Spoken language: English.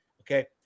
Okay